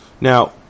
Now